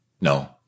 No